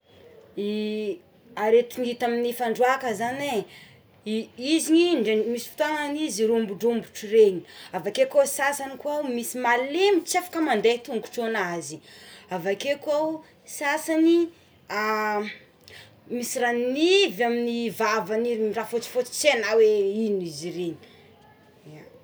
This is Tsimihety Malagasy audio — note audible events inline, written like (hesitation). Aretiny hita amin' ny fandroàka zané izy dré misy fotoagnagny izy rombodrobotry regny avakeo ko ny sasany misy malemy tsy afaka mandé ny tongotro anazy avakéo ko ao ny sasany (hesitation) misy ranonivy amin'ny vavany igny raha fotsifotsy tsy hainao oe inona izy ireny.